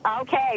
Okay